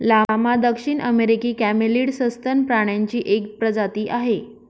llama दक्षिण अमेरिकी camelid सस्तन प्राण्यांची एक प्रजाती आहे